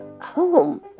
home